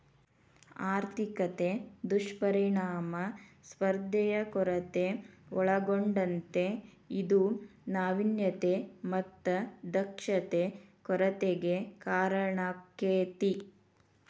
ಆರ್ಥಿಕತೆ ದುಷ್ಪರಿಣಾಮ ಸ್ಪರ್ಧೆಯ ಕೊರತೆ ಒಳಗೊಂಡತೇ ಇದು ನಾವಿನ್ಯತೆ ಮತ್ತ ದಕ್ಷತೆ ಕೊರತೆಗೆ ಕಾರಣಾಕ್ಕೆತಿ